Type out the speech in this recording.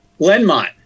Lenmont